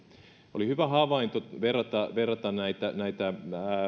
oli hyvä havainto verrata verrata näitä näitä